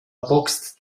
boxt